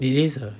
it is a